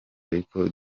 ariko